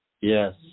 Yes